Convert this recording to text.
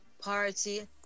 party